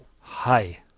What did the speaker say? Hi